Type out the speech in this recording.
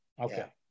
Okay